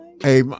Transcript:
Hey